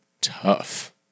tough